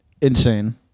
Insane